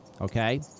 Okay